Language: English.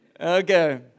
Okay